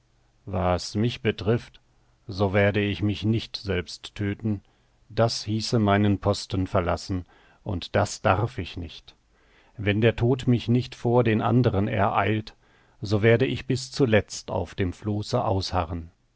was mich betrifft so werde ich mich nicht selbst tödten das hieße meinen posten verlassen und das darf ich nicht wenn der tod mich nicht vor den anderen ereilt so werde ich bis zuletzt auf dem flosse ausharren